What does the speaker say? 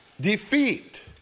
Defeat